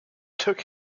took